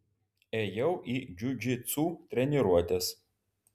ėjau į džiudžitsu treniruotes